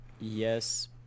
Yes